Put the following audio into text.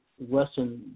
Western